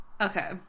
Okay